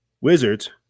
wizards